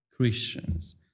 Christians